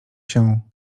się